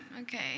Okay